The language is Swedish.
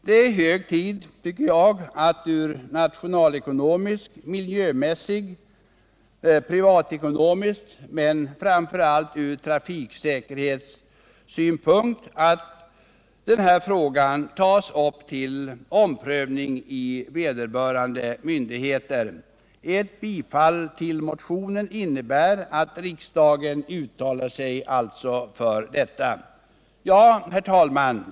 Det är hög tid att ur nationalekonomisk, miljömässig och privatekonomisk synpunkt men framför allt ur trafiksäkerhetssynpunkt ta upp den här frågan till omprövning i vederbörande myndigheter. Ett bifall till motionen innebär att riksdagen uttalar sig för detta. Herr talman!